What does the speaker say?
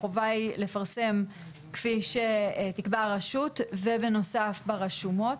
החובה היא לפרסם כפי שתקבע הרשות ובנוסף ברשומות.